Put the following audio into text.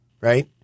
right